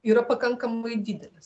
yra pakankamai didelis